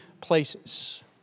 places